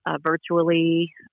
virtually